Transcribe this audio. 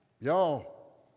y'all